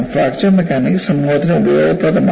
fracture mechanics സമൂഹത്തിന് ഉപയോഗപ്രദമാക്കി